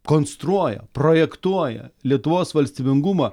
konstruoja projektuoja lietuvos valstybingumą